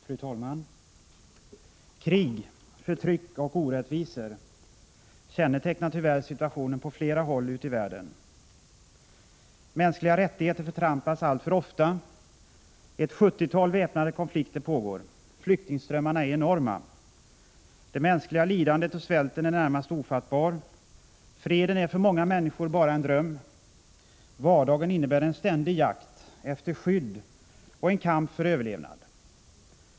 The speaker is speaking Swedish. Fru talman! Krig, förtryck och orättvisor kännetecknar tyvärr situationen på flera håll ute i världen. Mänskliga rättigheter förtrampas alltför ofta. Ett sjuttiotal väpnade konflikter pågår. Flyktingströmmarna är enorma. Det mänskliga lidandet och svälten är närmast ofattbar. Freden är för många människor bara en dröm. Vardagen innebär en ständig jakt efter skydd och en kamp för överlevnad.